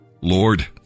Lord